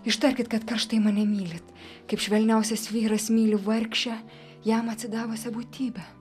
ištarkit kad karštai mane mylit kaip švelniausias vyras myli vargšę jam atsidavusią būtybę